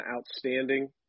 outstanding